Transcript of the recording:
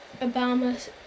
Obama